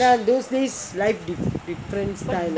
those days like different style